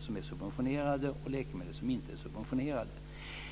som är subventionerade och läkemedel som inte är subventionerade.